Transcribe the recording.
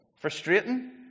Frustrating